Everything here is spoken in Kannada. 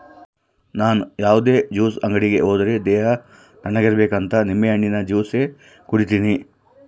ನನ್ ಯಾವುದೇ ಜ್ಯೂಸ್ ಅಂಗಡಿ ಹೋದ್ರೆ ದೇಹ ತಣ್ಣುಗಿರಬೇಕಂತ ನಿಂಬೆಹಣ್ಣಿನ ಜ್ಯೂಸೆ ಕುಡೀತೀನಿ